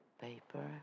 paper